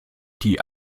die